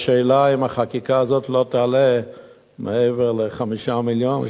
השאלה היא אם החקיקה הזאת לא תעלה מעבר ל-5 מיליונים.